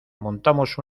montamos